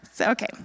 Okay